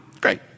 great